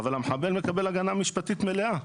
אבל המחבל מקבל הגנה משפטית מלאה.